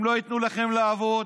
הם לא ייתנו לכם לעבוד,